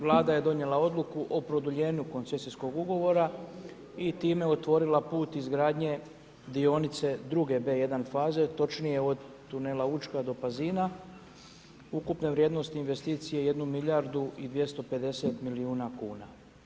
Vlada je donijela odluku o produljenju koncesijskog ugovora i time otvorila put izgradnje dionice druge B-1 faze, točnije od tunela Učka do Pazina ukupne vrijednosti investicije jednu milijardu i 250 milijuna kuna.